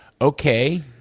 Okay